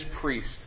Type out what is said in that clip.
priest